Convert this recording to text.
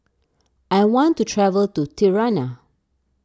I want to travel to Tirana